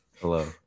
Hello